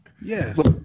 Yes